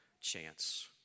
chance